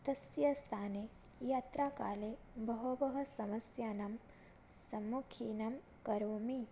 तस्य स्थाने यात्राकाले बहवः समस्यानां सम्मुखीनं करोमि